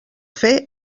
fer